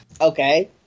Okay